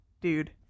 dude